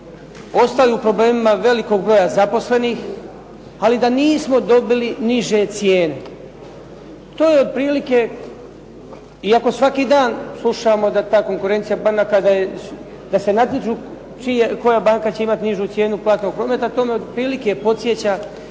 ostali u problemima velikog broja zaposlenih, ali da nismo dobili niže cijene. To je otprilike, iako svaki dan slušamo da ta konkurencija banaka da se natječu koja banka će imati nižu cijenu platnog prometa to me otprilike podsjeća